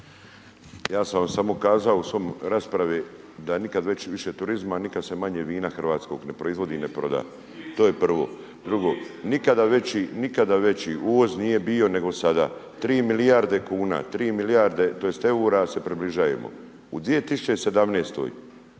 Ja sam vam samo kazao u svojoj raspravi da nikad više turizma a nikad sve manje vina hrvatskog ne proizvodi i ne proda. To je prvo. .../Upadica se ne čuje./... Drugo, nikada veći, nikada veći uvoz nije bio nego sada, 3 milijarde kuna, 3 milijarde, tj. eura, se približavamo. U 2017.